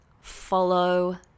follow